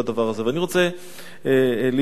אני רוצה להתייחס